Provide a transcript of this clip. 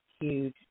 huge